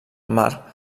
mar